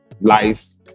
life